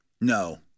No